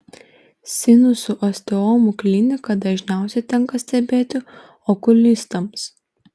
sinusų osteomų kliniką dažniausiai tenka stebėti okulistams